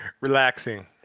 relaxing